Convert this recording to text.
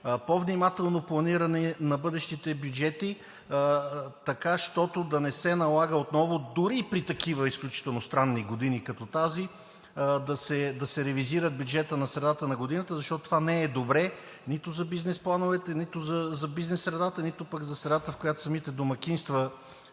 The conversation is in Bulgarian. по-внимателно планиране на бъдещите бюджети, така че да не се налага отново дори и при такива изключително странни години като тази, да се ревизира бюджетът по средата на годината, защото това не е добре нито за бизнес плановете, нито за бизнес средата, нито пък за средата, в която самите домакинства